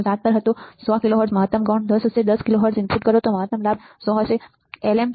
707 પર હતો 100 KHz મહત્તમ ગૌણ 10 હશે 10 KHz ઇનપુટ કરો તો મહત્તમ લાભ 100 હશે વગેરે